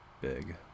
big